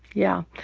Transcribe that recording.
yeah.